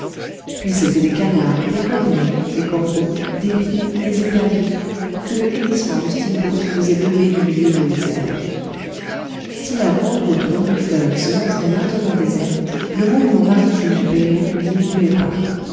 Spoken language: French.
puis c'étaient des canards des corneilles des corbeaux des pies des éperviers que le hennissement du steamboat faisait lever du milieu des hautes herbes si la grande route au long du fleuve se montrait maintenant déserte le mouvement maritime du péï ho ne diminuait pas